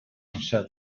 amser